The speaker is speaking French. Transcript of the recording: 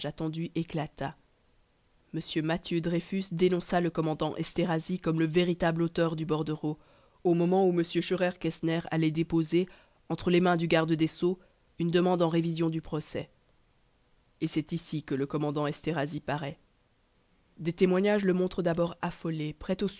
éclata m mathieu dreyfus dénonça le commandant esterhazy comme le véritable auteur du bordereau au moment où m scheurer kestner allait déposer entre les mains du garde des sceaux une demande en révision du procès et c'est ici que le commandant esterhazy paraît des témoignages le montrent d'abord affolé prêt